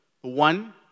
One